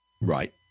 Right